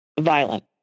violent